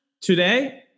today